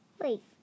Wait